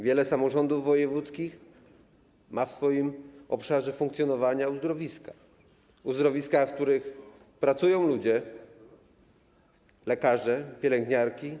Wiele samorządów wojewódzkich ma w swoim obszarze funkcjonowania uzdrowiska, które mają odpowiednią bazę, w których pracują ludzie: lekarze, pielęgniarki.